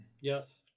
Yes